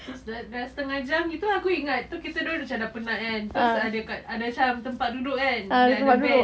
terus dah dah setengah jam gitu aku ingat kita dua macam dah penat kan terus ada kat ada macam tempat duduk kan then ada bench